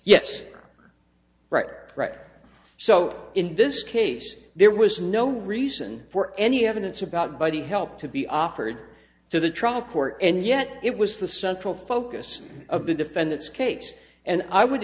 yes right so in this case there was no reason for any evidence about by the help to be offered to the trial court and yet it was the central focus of the defendant's case and i would